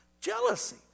Jealousy